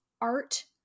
art